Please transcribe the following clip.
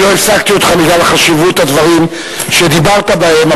לא הפסקתי אותך בגלל חשיבות הדברים שדיברת בהם,